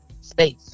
space